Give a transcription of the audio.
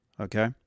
Okay